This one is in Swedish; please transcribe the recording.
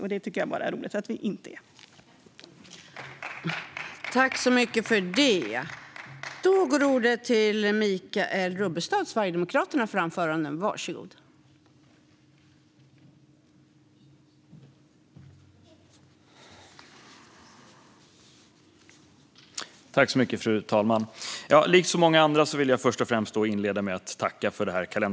Jag tycker bara att det är roligt att vi inte är det!